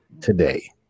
Today